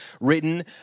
written